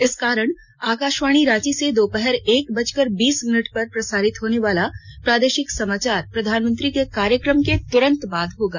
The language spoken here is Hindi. इस कारण आकाशवाणी रांची से दोपहर एक बजकर बीस मिनट पर प्रसारित होनेवाला प्रादेशिक समाचार प्रधानमंत्री के कार्यक्रम के तुरंत बाद होगा